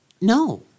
No